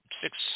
six